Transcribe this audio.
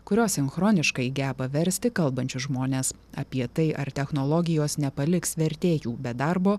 kurios sinchroniškai geba versti kalbančius žmones apie tai ar technologijos nepaliks vertėjų be darbo